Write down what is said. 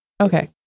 Okay